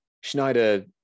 Schneider